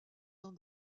dans